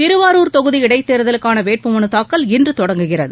திருவாரூர் தொகுதி இடைத்தேர்தலுக்கான வேட்புமனு தாக்கல் இன்று தொடங்குகிறது